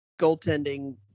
goaltending